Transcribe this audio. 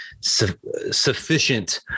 sufficient –